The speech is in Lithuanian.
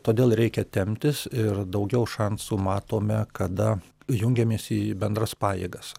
todėl reikia temptis ir daugiau šansų matome kada jungiamės į bendras pajėgas